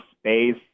space